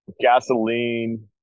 Gasoline